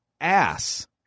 ass